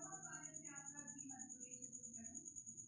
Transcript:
share बजारो मे बेमतलबो के नुकसानो से बचैये के बचाव कहाबै छै